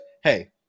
hey